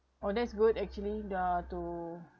oh that's good actually uh to